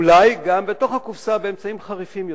אולי גם בתוך הקופסה, באמצעים חריפים יותר,